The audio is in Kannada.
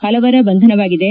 ಹಲವರ ಬಂಧನವಾಗಿದೆ